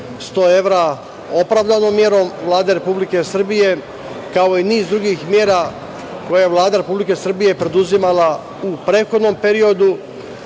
100 evra opravdanom merom Vlade Republike Srbije, kao i niz drugih mera koje je Vlada Republike Srbije preduzimala u prethodnom periodu